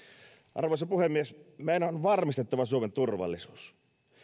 arvoisa puhemies meidän on varmistettava suomen turvallisuus